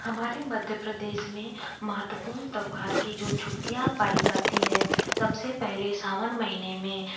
हमारे मध्य प्रदेश में महत्वपूर्ण त्यौहार की जो छुट्टियाँ पाई जाती है सबसे पहले सावन महीने में